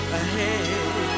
ahead